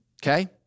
Okay